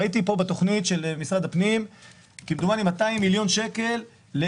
ראיתי תוכנית של 200 מיליון שקלים שמציג